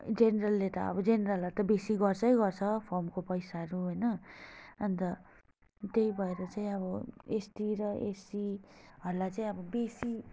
जेनरलले त अब जेनरललाई त बेसी गर्छै गर्छ फर्मको पैसाहरू होइन अन्त त्यही भएर चाहिँ अब एसटी र एससीहरूलाई चाहिँ अब बेसी